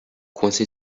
coincé